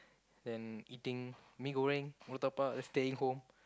then eating mee-goreng murtabak staying home